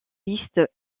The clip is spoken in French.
listes